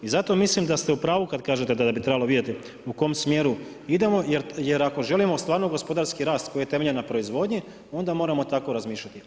I zato mislim da ste u pravu kad kažete da bi trebalo vidjeti u kom smjeru idemo jer ako želimo stvarno gospodarski rast koji je temeljen na proizvodnji, onda moramo tako razmišljati.